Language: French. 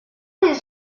les